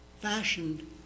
fashioned